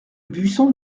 buisson